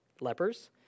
lepers